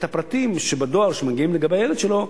הפרטים שבדואר שמגיעים לגבי הילד שלו,